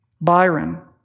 Byron